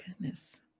goodness